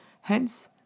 hence